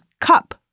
Cup